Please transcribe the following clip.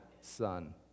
son